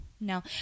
No